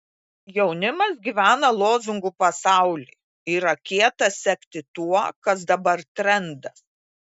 jaunimas gyvena lozungų pasauly yra kieta sekti tuo kas dabar trendas